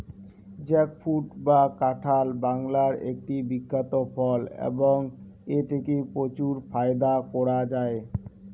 jackfruit বা কাঁঠাল বাংলার একটি বিখ্যাত ফল এবং এথেকে প্রচুর ফায়দা করা য়ায়